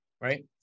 right